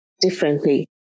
differently